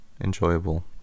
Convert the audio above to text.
enjoyable